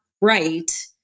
right